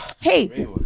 Hey